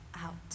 out